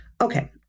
Okay